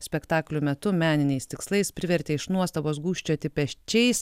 spektaklių metu meniniais tikslais privertė iš nuostabos gūžčioti pečiais